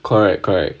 correct correct